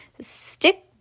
stick